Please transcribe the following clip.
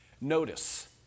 notice